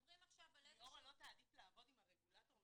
--- ליאורה לא תעדיף לעבוד עם הרגולטור?